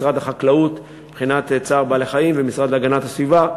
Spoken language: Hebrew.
משרד החקלאות מבחינת צער בעלי-חיים והמשרד להגנת הסביבה.